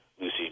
Lucy